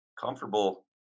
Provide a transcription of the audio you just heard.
comfortable